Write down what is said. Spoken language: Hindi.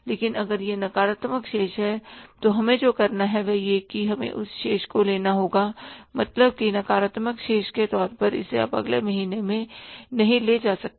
लेकिन अगर यह एक नकारात्मक शेष है तो हमें जो करना है वह यह है कि हमें उस शेष को लेना होगा मतलब की नकारात्मक शेष के तौर पर इसे आप अगले महीने में नहीं ले जा सकते